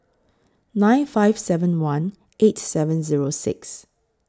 nine five seven one eight seven Zero six